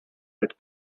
but